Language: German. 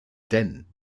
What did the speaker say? denn